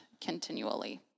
continually